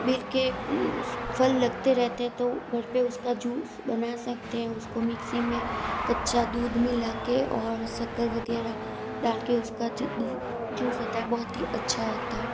bell के फल लगते रहते हैं तो घर पर उसका जूस बना सकते हैं उसको मिक्सी में कच्चा दूध मिला कर और शक्कर वग़ैरह डाल कर उसका दुह जूस होता है बहुत ही अच्छा होता है